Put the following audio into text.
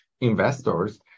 investors